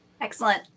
Excellent